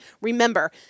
Remember